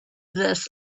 this